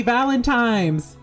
Valentine's